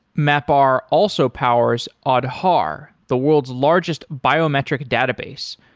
mapr also powers aadhaar, the world's largest biometric database,